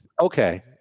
Okay